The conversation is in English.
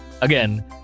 again